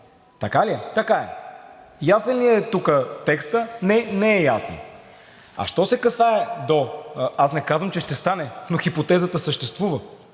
Така ли е? Така е. Ясен ли е тук текстът? Не, не е ясен. Аз не казвам, че ще стане, но хипотезата съществува.